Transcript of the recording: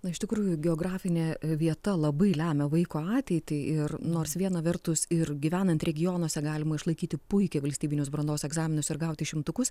na iš tikrųjų geografinė vieta labai lemia vaiko ateitį ir nors viena vertus ir gyvenant regionuose galima išlaikyti puikiai valstybinius brandos egzaminus ir gauti šimtukus